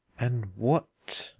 and what,